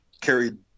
carried